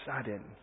sudden